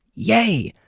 yay!